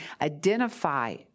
identify